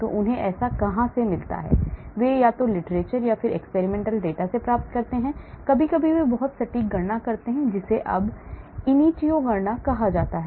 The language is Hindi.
तो उन्हें ऐसा कहां से मिलता है वे literature experimental data से प्राप्त करते हैं कभी कभी वे बहुत सटीक गणना करते हैं जिसे अब इनिटियो गणना कहा जाता है